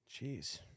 Jeez